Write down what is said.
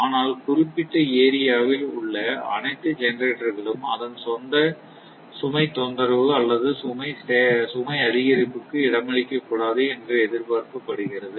ஆனால் குறிப்பிட்ட ஏரியா வில் உள்ள அனைத்து ஜெனெரேட்டர்களும் அதன் சொந்த சுமை தொந்தரவு அல்லது சொந்த சுமை அதிகரிப்புக்கு இடமளிக்க கூடாது என்று எதிர்பார்க்கப்படுகிறது